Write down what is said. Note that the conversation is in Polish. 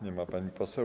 Nie ma pani poseł.